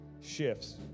shifts